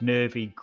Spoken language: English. nervy